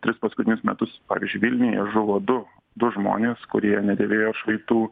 tris paskutinius metus pavyzdžiui vilniuje žuvo du du žmonės kurie nedėvėjo atšvaitų